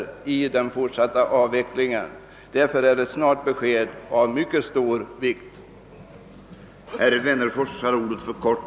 Även av denna anledning är således ett snabbt besked synnerligen värdefullt.